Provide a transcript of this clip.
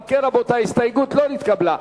אם כן, רבותי, ההסתייגות לא נתקבלה.